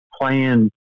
playing